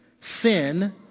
sin